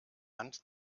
hand